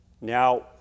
Now